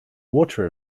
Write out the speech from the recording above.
water